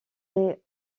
est